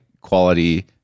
quality